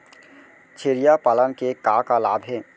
छेरिया पालन के का का लाभ हे?